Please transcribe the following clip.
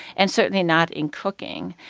and certainly not in cooking.